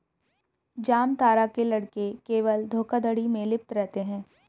जामतारा के लड़के केवल धोखाधड़ी में लिप्त रहते हैं